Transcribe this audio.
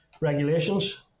regulations